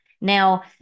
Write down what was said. Now